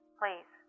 please